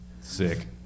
Sick